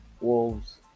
Wolves